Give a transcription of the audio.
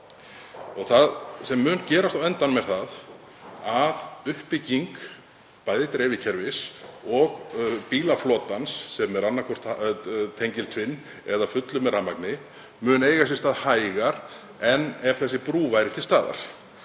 Það sem mun gerast á endanum er að uppbygging bæði dreifikerfisins og bílaflotans, sem er annaðhvort tengiltvinnbílar eða að fullu með rafmagni, mun eiga sér stað hægar en ef þessi brú væri til staðar.